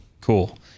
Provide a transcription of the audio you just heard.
Cool